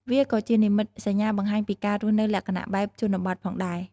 វាក៏ជានិមិត្តសញ្ញាបង្ហាញពីការរស់នៅលក្ខណៈបែបជនបទផងដែរ។